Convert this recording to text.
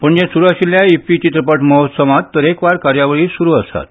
पणजेंत सुरू आशिल्ल्या इफ्फी चित्रपट महोत्सवांत तरेकवार कार्यावळी सुरू आसात